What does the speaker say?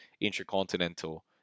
intercontinental